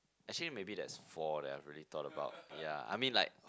actually maybe that is four that I really thought about yea I mean like